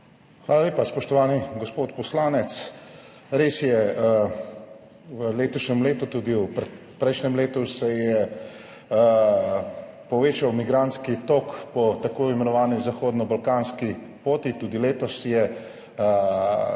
Hvala lepa. Spoštovani gospod poslanec, res je, v letošnjem letu, tudi v prejšnjem letu se je povečal migrantski tok po tako imenovani zahodnobalkanski poti. Tudi letos so